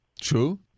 True